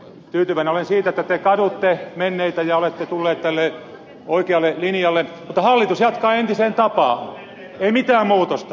tyytyväinen olen siitä että te kadutte menneitä ja olette tulleet tälle oikealle linjalle mutta hallitus jatkaa entiseen tapaan ei mitään muutosta